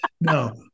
No